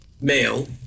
male